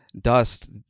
dust